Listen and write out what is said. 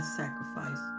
sacrifice